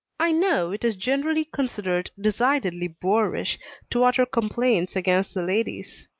i know it is generally considered decidedly boorish to utter complaints against the ladies.